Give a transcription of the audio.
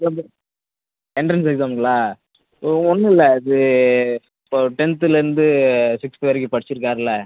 entrance எக்ஸாமுங்களா ஒன்றும் இல்லை அது இப்போ டென்த்துலேந்து சிக்ஸ்த்து வரைக்கும் படிச்சிருக்காருல